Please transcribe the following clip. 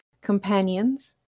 companions